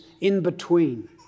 in-between